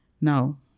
now